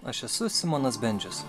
aš esu simonas bendžius